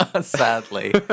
sadly